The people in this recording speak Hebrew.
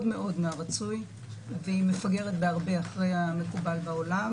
מאוד מהרצוי והיא מפגרת בהרבה אחרי המקובל בעולם,